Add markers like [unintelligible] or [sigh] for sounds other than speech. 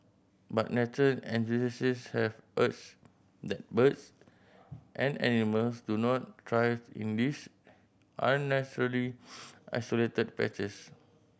but nature [unintelligible] have argued that birds and animals do not thrive in these unnaturally isolated patches